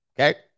Okay